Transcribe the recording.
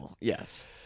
yes